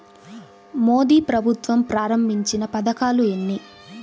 మోదీ ప్రభుత్వం ప్రారంభించిన పథకాలు ఎన్ని?